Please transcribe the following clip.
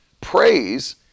praise